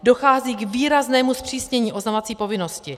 Dochází k výraznému zpřísnění oznamovací povinnosti.